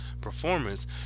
performance